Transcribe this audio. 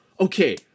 okay